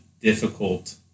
difficult